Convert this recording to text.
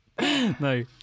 No